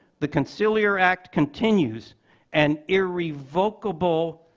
the conciliar act continues an irrevocable